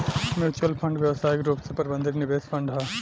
mutual fund व्यावसायिक रूप से प्रबंधित निवेश फंड ह